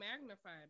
magnified